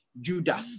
Judah